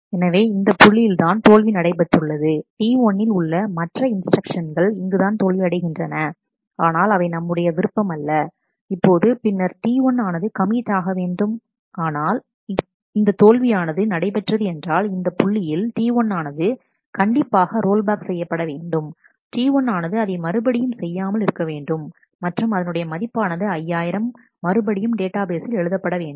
எனவே இந்த புள்ளியில்தான் தோல்வி நடைபெற்றுள்ளது T1 ன்னில் உள்ள மற்ற இன்ஸ்டிரக்ஷன்கள் இங்குதான் தோல்வியடைகின்றன ஆனால் அவை நம்முடைய விருப்பம் அல்ல இப்போது பின்னர் T1 ஆனது கமிட் ஆகவேண்டும் ஆனால் இந்த தோல்வியானது நடைபெற்றது என்றால் இந்த புள்ளியில் T1 ஆனது கண்டிப்பாக ரோல்பேக் செய்யப்படவேண்டும் T1 ஆனது அதை மறுபடியும் செய்யாமல் இருக்கவேண்டும் மற்றும் அதனுடைய மதிப்பானது 5000 மறுபடியும் டேட்டாபேஸில் எழுதப்படவேண்டும்